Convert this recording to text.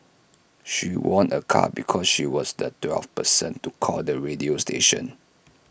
she won A car because she was the twelfth person to call the radio station